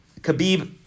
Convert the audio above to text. Khabib